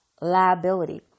Liability